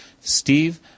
Steve